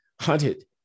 hunted